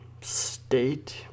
State